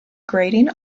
grating